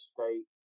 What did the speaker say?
State